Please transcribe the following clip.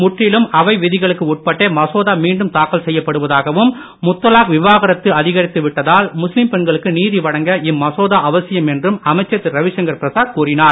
முற்றிலும் அவை விதிகளுக்கு உட்பட்டே மசோதா மீண்டும் தாக்கல் செய்யப்படுவதாகவும் முத்தலாக் விவாகரத்து அதிகரித்து விட்டதால் முஸ்லிம் பெண்களுக்கு நீதி வழங்க இம்மசோதா அவசியம் என்றும் அமைச்சர் திரு ரவிசங்கர் பிரசாத் கூறினார்